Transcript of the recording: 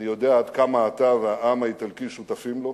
אני יודע עד כמה אתה והעם האיטלקי שותפים לה,